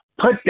Put